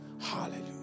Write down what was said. Hallelujah